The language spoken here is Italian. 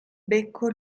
becco